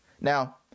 now